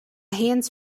hands